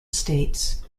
states